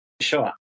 Sure